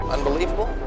Unbelievable